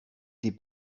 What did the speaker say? die